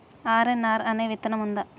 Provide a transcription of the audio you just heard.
RNR అనే విత్తనం ఉందా?